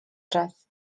czas